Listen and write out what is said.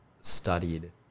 studied